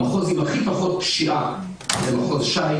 המחוז עם הכי פחות פשיעה זה מחוז ש"י,